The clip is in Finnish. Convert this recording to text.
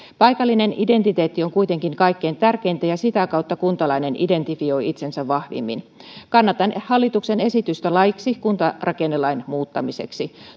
paikallinen identiteetti on kuitenkin kaikkein tärkeintä ja sitä kautta kuntalainen identifioi itsensä vahvimmin kannatan hallituksen esitystä laiksi kuntarakennelain muuttamisesta